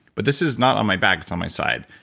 but this is not on my back, it's on my side.